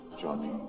Johnny